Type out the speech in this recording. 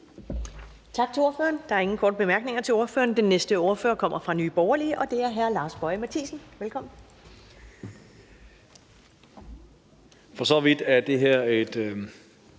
Tak til ordføreren. Der er ingen korte bemærkninger til ordføreren. Den næste ordfører kommer fra Nye Borgerlige, og det er hr. Lars Boje Mathiesen. Velkommen. Kl. 10:12 (Ordfører)